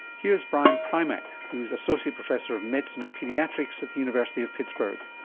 here's brian primack, who's associate professor of medicine and paediatrics at the university of pittsburgh.